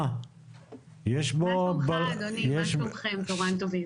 מה שלומך אדוני, מה שלומכם, צהריים טובים.